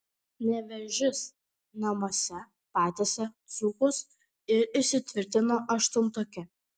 nevėžis namuose patiesė dzūkus ir įsitvirtino aštuntuke